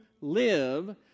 live